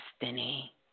destiny